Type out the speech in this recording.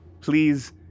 please